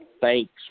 thanks